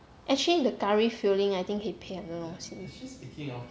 actually the curry filling I think 可以配很多东西